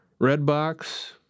Redbox